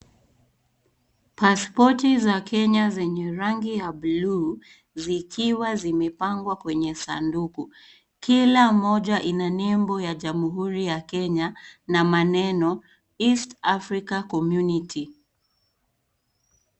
Paspoti za Kenya, zenye rangi ya buluu zikiwa zimepangwa kwenye sanduku, kila moja Ina nembo jamhuri ya Kenya na maneno East Africa Community .